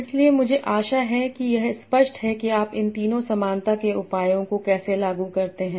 इसलिए मुझे आशा है कि यह स्पष्ट है कि आप इन तीनों समानता के उपायों को कैसे लागू करते हैं